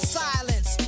silence